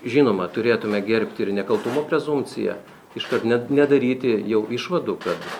žinoma turėtumėme gerbti ir nekaltumo prezumpciją iškart ne nedaryti jau išvadų kad